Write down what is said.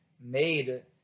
made